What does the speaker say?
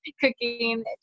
cooking